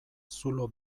zulo